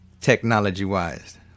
technology-wise